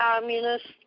communist